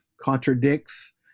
contradicts